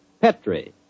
Petri